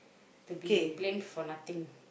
to be blamed for nothing